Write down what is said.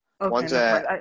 Okay